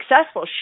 successful